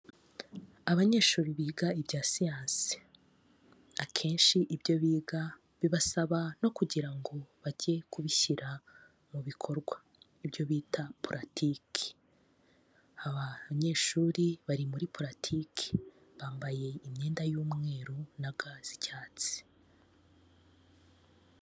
Abanyeshuri biga ibya siyansi, akenshi ibyo biga bibasaba no kugira ngo bajye kubishyira mu bikorwa, ibyo bita pulatiki. Abanyeshuri bari muri pulatiki, bambaye imyenda y'umweru na ga z'icyatsi.